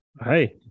Hi